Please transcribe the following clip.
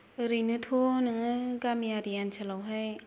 ओरैनोथ' नोङो गामियारि ओनसोलावहाय